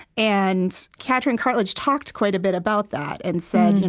and katrin cartlidge talked quite a bit about that and said,